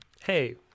Hey